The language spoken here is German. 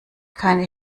keine